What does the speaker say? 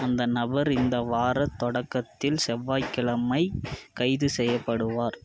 அந்த நபர் இந்த வார தொடக்கத்தில் செவ்வாய்கிழமை கைது செய்யப்படுவார்